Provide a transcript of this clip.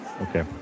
Okay